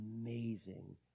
amazing